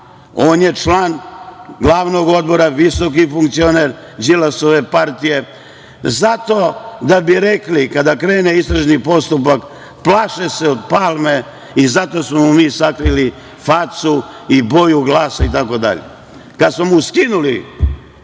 on je član glavnog odbora, visoki funkcioner Đilasove partije? Zato da bi rekli, kada krene istražni postupak - plaši se od Palme. Zato smo mu mi sakrili facu i boju glasa, itd. Kad smo mu skinuli